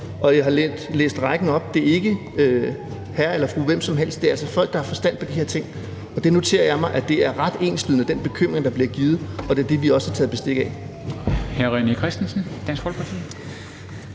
og jeg har læst rækken op. Det er ikke hr. eller fru hvem som helst, det er altså folk, der har forstand på de her ting. Og jeg noterer mig, at den bekymring, der bliver givet udtryk for, er ret enslydende, og det er det, vi også har taget bestik af.